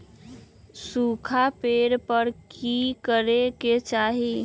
सूखा पड़े पर की करे के चाहि